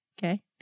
Okay